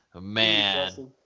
Man